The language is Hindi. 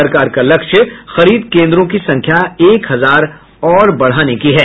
सरकार का लक्ष्य खरीद केंद्रों की संख्या एक हजार और बढ़ाने का है